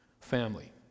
family